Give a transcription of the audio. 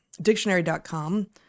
dictionary.com